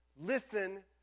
listen